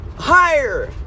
higher